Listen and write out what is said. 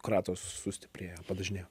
kratos sustiprėjo padažnėjo